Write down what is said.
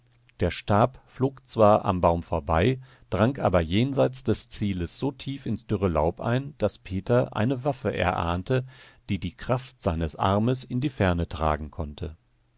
der stab flog zwar um baum vorbei drang aber jenseits des zieles so tief ins dürre laub ein daß peter eine waffe erahnte die die kraft seines armes in die ferne tragen konnte